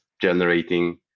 generating